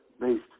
based